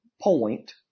point